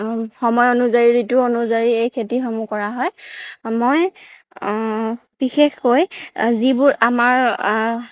সময় অনুযায়ী ঋতু অনুযায়ী এই খেতিসমূহ কৰা হয় মই বিশেষকৈ যিবোৰ আমাৰ